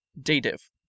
Dative